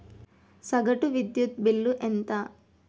సగటు విద్యుత్ బిల్లు ఎంత?